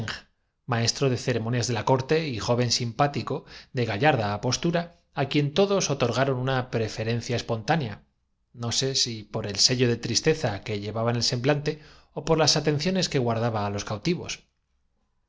maestro de ceremonias de la corte y joven hibe aumentar el número de sus concubinas simpático de gallarda apostura á quien todos otorga qué horror balbucearon los reos ron una preferencia espontánea no sé si por el sello sí pero aquí estoy yo que lo sé todo de tristeza que llevaba en el semblante ó por las aten cómo inquirieron los circunstantes estrechan ciones que guardaba á los cautivos